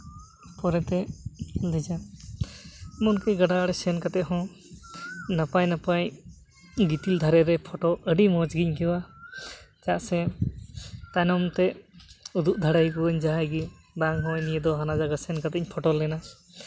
ᱯᱚᱨᱮᱛᱮ ᱤᱧᱫᱚ ᱡᱟ ᱮᱢᱚᱱᱠᱤ ᱜᱟᱰᱟ ᱟᱬᱮ ᱥᱮᱱ ᱠᱟᱛᱮᱫ ᱦᱚᱸ ᱱᱟᱯᱟᱭ ᱱᱟᱯᱟᱭ ᱜᱤᱛᱤᱞ ᱫᱷᱟᱨᱮ ᱨᱮ ᱯᱷᱳᱴᱳ ᱟᱹᱰᱤ ᱢᱚᱡᱽ ᱜᱤᱧ ᱟᱹᱭᱠᱟᱹᱣᱟ ᱪᱮᱫᱟᱜ ᱥᱮ ᱛᱟᱭᱱᱚᱢ ᱛᱮ ᱩᱫᱩᱜ ᱫᱟᱲᱮᱭᱟᱠᱚᱣᱟᱹᱧ ᱡᱟᱦᱟᱸᱭ ᱜᱮ ᱵᱟᱝ ᱦᱳᱭ ᱱᱤᱭᱟᱹ ᱫᱚ ᱦᱟᱱᱟ ᱜᱟᱰᱟ ᱥᱮᱱ ᱠᱟᱛᱮᱫ ᱤᱧ ᱯᱷᱳᱴᱳ ᱞᱮᱱᱟ